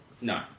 No